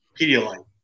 Pedialyte